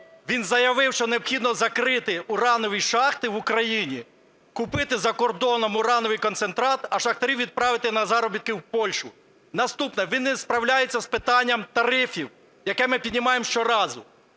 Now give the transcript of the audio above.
він заявив, що необхідно закрити уранові шахти в Україні, купити за кордоном урановий концентрат, а шахтарів відправити на заробітки в Польщу. Наступне. Він не справляється з питанням тарифів, яке ми піднімаємо щоразу.